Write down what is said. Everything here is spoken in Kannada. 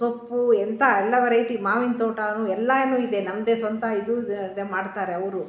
ಸೊಪ್ಪು ಎಂಥ ಎಲ್ಲ ವೆರೈಟಿ ಮಾವಿನ ತೋಟಾ ಎಲ್ಲಾ ಇದೆ ನಮ್ಮದೇ ಸ್ವಂತ ಇದು ಇದೆ ಮಾಡ್ತಾರೆ ಅವರು